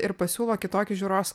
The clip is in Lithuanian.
ir pasiūlo kitokį žiūros